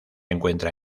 encuentra